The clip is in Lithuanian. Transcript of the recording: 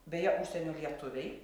beje užsienio lietuviai